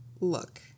look